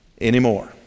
anymore